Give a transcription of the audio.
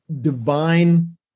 divine